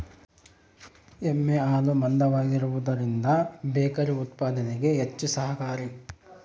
ಎಮ್ಮೆ ಹಾಲು ಮಂದವಾಗಿರುವದರಿಂದ ಬೇಕರಿ ಉತ್ಪಾದನೆಗೆ ಹೆಚ್ಚು ಸಹಕಾರಿ